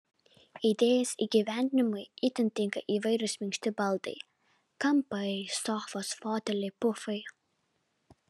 idėjos įgyvendinimui itin tinka įvairūs minkšti baldai kampai sofos foteliai pufai